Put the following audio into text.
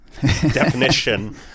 definition